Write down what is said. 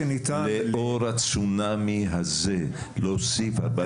לאור הצונאמי הזה להוסיף 14 מיליון?